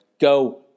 go